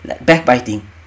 backbiting